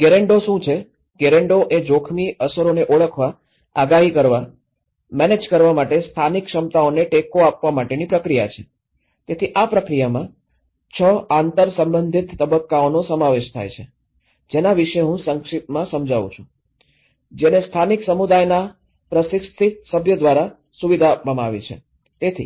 ગેરેન્ડો શું છે ગેરાન્ડો એ જોખમી અસરોને ઓળખવા આગાહી કરવા મેનેજ કરવા માટે સ્થાનિક ક્ષમતાઓને ટેકો આપવા માટેની પ્રક્રિયા છે તેથી આ પ્રક્રિયામાં 6 આંતરસંબંધિત તબક્કાઓનો સમાવેશ થાય છે જેના વિષે હું સંક્ષિપ્તમાં સમજાવું છું અને જેને સ્થાનિક સમુદાયના પ્રશિક્ષિત સભ્ય દ્વારા સુવિધા આપવામાં આવી છે